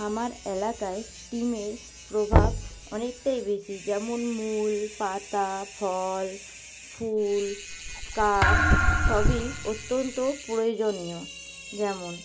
আমার এলাকায় স্টিমের প্রভাব অনেকটাই বেশি যেমন মূল পাতা ফল ফুল কাঠ সবই অত্যন্ত প্রয়োজনীয় যেমন